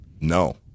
no